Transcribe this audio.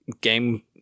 game